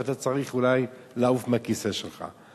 ואתה צריך אולי לעוף מהכיסא שלך.